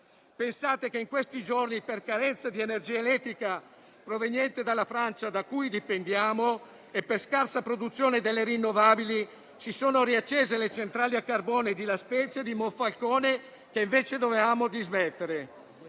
strutturale. In questi giorni, per carenza di energia elettrica proveniente dalla Francia, da cui dipendiamo, e per scarsa produzione delle rinnovabili, si sono riaccese le centrali a carbone di La Spezia e Monfalcone, che dovevamo dismettere.